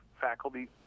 faculty